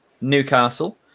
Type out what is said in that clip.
Newcastle